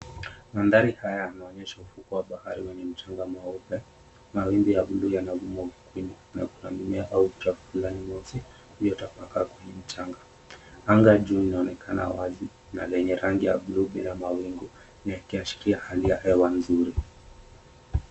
Mandari haya yanaonyesha ufukwe wa bahari wenye mchanga mweupe, mawimbi ya buluu yavuma ufukeni na kuna mimea au uhafu fulani uliotapakaa kwenye mchanga. Anga juu inaonekana wazi na lenye rangi ya buluu bila mawingu yakiashiria hali ya hewa nzuri.